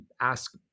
ask